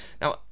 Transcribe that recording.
Now